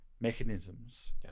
mechanisms